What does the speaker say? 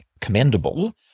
commendable